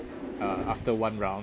uh after one round